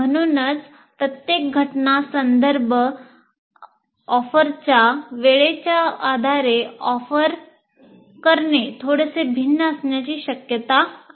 म्हणूनच प्रत्येक घटना संदर्भ आणि ऑफरच्या वेळेच्या आधारे ऑफर करणे थोडेसे भिन्न असण्याची शक्यता आहे